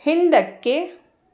ಹಿಂದಕ್ಕೆ